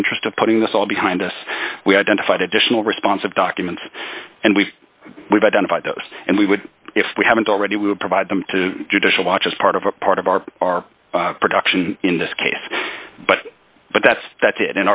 interest of putting this all behind us we identified additional responsive documents and we've we've identified those and we would if we haven't already we will provide them to judicial watch as part of a part of our our production in this case but but that's that's it